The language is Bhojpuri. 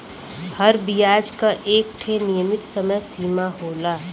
हर बियाज क एक ठे नियमित समय सीमा होला